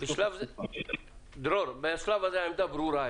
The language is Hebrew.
העמדה ברורה.